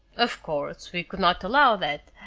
of courrrse we could not allow that,